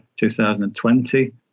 2020